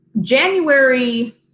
January